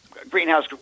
Greenhouse